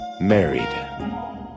Married